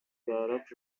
direct